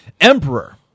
Emperor